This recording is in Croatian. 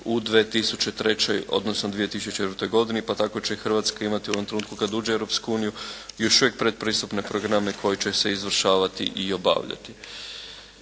u 2003. odnosno u 2004. godini pa tako će Hrvatska imati u onom trenutku kada uđe u Europsku uniju, još uvijek pretpristupne programe koji će se izvršavati i obavljati.